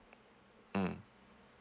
mm